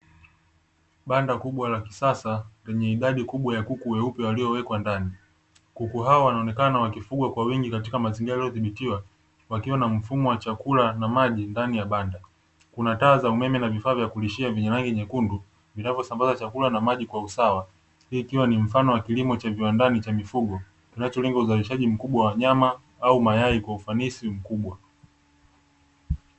Banda kubwa la kisasa lenye idadi kubwa ya kuku weupe walio wekwa ndani. Kuku hao wanaonekana wakifugwa kwa wingi katika mazingira yaliyo dhibitiwa wakiwa na mfumo wa chakula na maji ndani ya banda. Kuna taa za umeme na vifaa vya kulishia vyenye rangi nyekundu vinavyo sambaza chakula na maji kwa usawa, hii ikiwa ni mfano wa kilimo cha viwandani cha mifugo kinacholenga uzalishaji mkubwa wa nyama au mayai kwa ufanisi mkubwa.